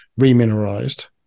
remineralized